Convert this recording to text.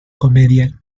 comedia